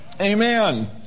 Amen